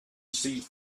seized